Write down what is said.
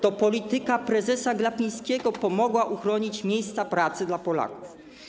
To polityka prezesa Glapińskiego pomogła uchronić miejsca pracy Polaków.